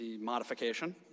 modification